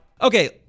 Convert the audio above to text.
Okay